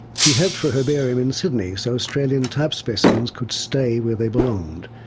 he hoped for a herbarium in sydney so australian type specimens could stay where they belonged.